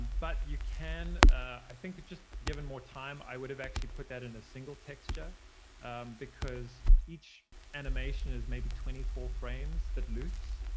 but you can i think just given more time, i would have actually put that in a single texture because each animation is maybe twenty four frames that loops.